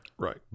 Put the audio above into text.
Right